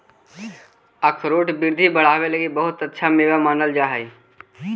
अखरोट बुद्धि बढ़ावे लगी बहुत अच्छा मेवा मानल जा हई